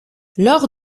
lors